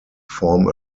form